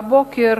הבוקר